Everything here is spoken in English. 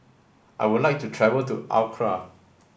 I would like to travel to Accra